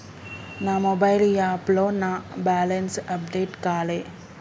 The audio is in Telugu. నా మొబైల్ యాప్లో నా బ్యాలెన్స్ అప్డేట్ కాలే